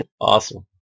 Awesome